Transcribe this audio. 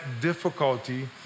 difficulty